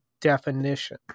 definition